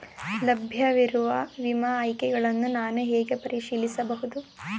ಲಭ್ಯವಿರುವ ವಿಮಾ ಆಯ್ಕೆಗಳನ್ನು ನಾನು ಹೇಗೆ ಪರಿಶೀಲಿಸಬಹುದು?